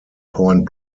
point